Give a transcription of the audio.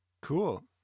cool